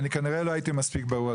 כנראה לא הייתי מספיק ברור,